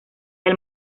del